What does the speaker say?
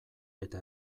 eta